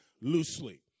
loosely